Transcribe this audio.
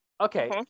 okay